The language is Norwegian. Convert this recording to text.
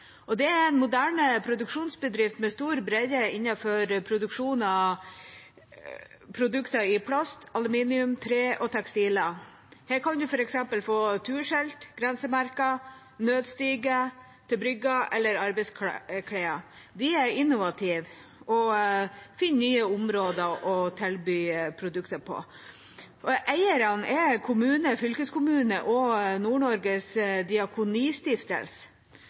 Saltdal. Det er en moderne produksjonsbedrift med stor bredde innen produkter i plast, aluminium, tre og tekstiler. Her kan man få f.eks. turskilt, grensemerker, nødstige til brygga eller arbeidsklær. De er innovative og finner nye områder å tilby produkter på. Eierne er kommune, fylkeskommune og Nord-Norges Diakonistiftelse.